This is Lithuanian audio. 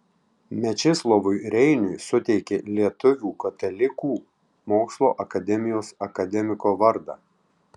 mečislovui reiniui suteikė lietuvių katalikų mokslo akademijos akademiko vardą